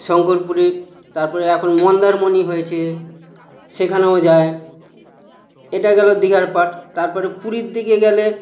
শংকরপুরে তারপরে এখন মন্দারমণি হয়েছে সেখানেও যায় এটা গেলো দীঘার পাট তারপরে পুরীর দিকে গেলে